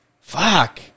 Fuck